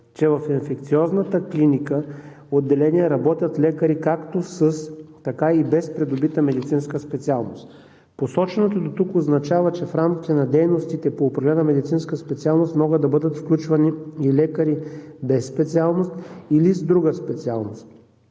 че в Инфекциозната клиника в отделения работят лекари както със, така и без придобита медицинска специалност. Посоченото дотук означава, че в рамките на дейностите по определена медицинска специалност могат да бъдат включвани и лекари без специалност, или с друга специалност.